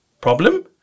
problem